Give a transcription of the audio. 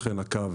לכן, הקו